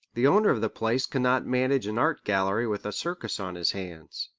the owner of the place cannot manage an art gallery with a circus on his hands.